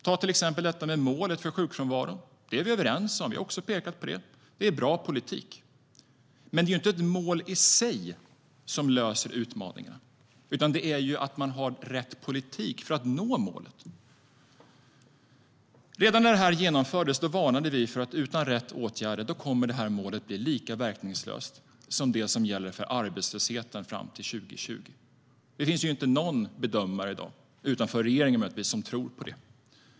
Ta till exempel målet för sjukfrånvaron - det är vi överens om. Vi har också pekat på det. Det är bra politik. Men ett mål i sig löser inga utmaningar, utan man behöver rätt politik för att nå målet. Redan när det här genomfördes varnade vi för att utan rätt åtgärder kommer detta mål att bli lika verkningslöst som det som gäller för arbetslösheten fram till 2020. Det finns ju inte någon bedömare i dag, förutom regeringen möjligtvis, som tror på detta.